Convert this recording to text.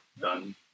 Done